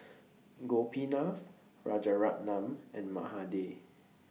Gopinath Rajaratnam and Mahade